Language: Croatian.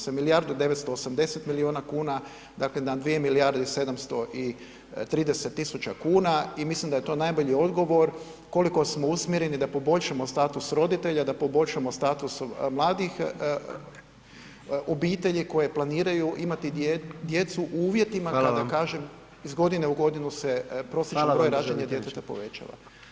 S milijardu 980 milijuna kuna, dakle na 2 milijarde i 730 tisuća kuna i mislim da je to najbolji odgovor koliko smo usmjereni da poboljšamo status roditelja, da poboljšamo status mladih, obitelji koje planiraju imati djecu, uvjetima [[Upadica predsjednik: Hvala vam.]] kada kažem iz godinu i godinu se prosječno [[Upadica predsjednik: Hvala vam državni tajniče.]] broj rođene djece povećava.